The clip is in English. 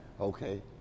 okay